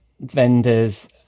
vendors